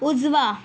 उजवा